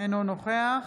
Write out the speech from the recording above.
אינו נוכח